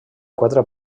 quatre